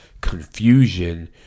confusion